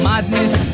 Madness